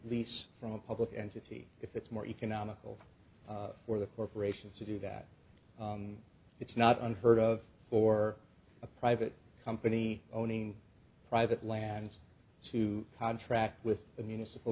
lease from a public entity if it's more economical for the corporations to do that it's not unheard of for a private company owning private lands to contract with the municipal